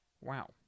Wow